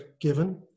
given